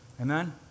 Amen